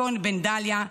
שון בן דליה,